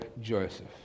Joseph